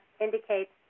indicates